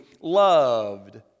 loved